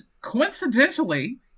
Coincidentally